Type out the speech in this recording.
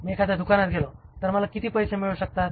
मी एखाद्या दुकानात गेलो तर मला किती पैसे मिळू शकतात